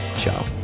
Ciao